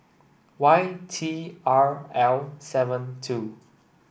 Y T R L seven two